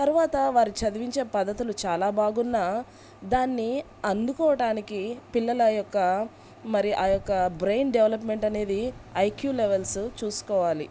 తరువాత వారు చదివించే పద్ధతులు చాలా బాగున్నా దాన్ని అందుకోవడానికి పిల్లల ఆ యొక్క మరి ఆ యొక్క బ్రెయిన్ డెవలప్మెంట్ అనేది ఐక్యూ లెవెల్స్ చూసుకోవాలి